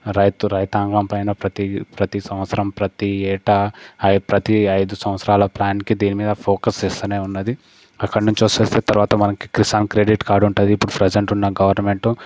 రైతు రైతాంగం పైన ప్రతి ప్రతి సంవత్సరం ప్రతి ఏటా ప్రతి ఐదు సంవత్సరాల ప్ల్యాన్కి దీని మీద ఫోకస్ చేస్తూనే ఉన్నది అక్కడి నుంచి వస్తుంది తర్వాత మనకి కిసాన్ క్రెడిట్ కార్డు ఉంటుంది ఇప్పుడు ప్రజెంట్ ఉన్న గవర్నమెంట్